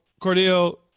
Cordell